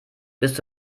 bist